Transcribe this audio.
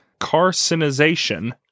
carcinization